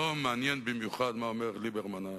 לא מעניין במיוחד מה אומר ליברמן,